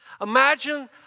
Imagine